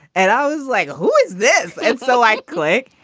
and i was like, who is this? and so, like, click.